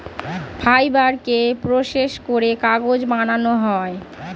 ফাইবারকে প্রসেস করে কাগজ বানানো হয়